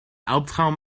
albtraum